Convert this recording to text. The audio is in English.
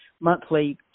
monthly